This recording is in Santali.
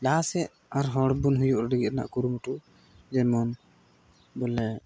ᱞᱟᱦᱟ ᱥᱮᱫ ᱟᱨ ᱦᱚᱲ ᱵᱚᱱ ᱦᱩᱭᱩᱜ ᱞᱟᱹᱜᱤᱫ ᱦᱟᱸᱜ ᱠᱩᱨᱩᱢᱩᱴᱩ ᱡᱮᱢᱚᱱ ᱵᱚᱞᱮ